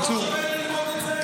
לא צודק ללמוד את זה?